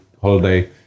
holiday